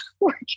working